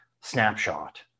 snapshot